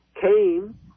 came